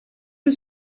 you